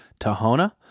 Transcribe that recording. tahona